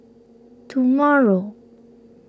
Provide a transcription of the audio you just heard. tomorrow